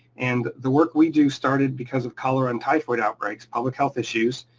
and, the work we do started because of cholera and typhoid outbreaks, public health issues,